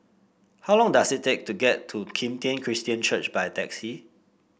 how long does it take to get to Kim Tian Christian Church by taxi